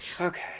okay